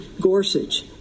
Gorsuch